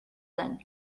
then